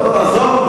לא, לא, עזוב.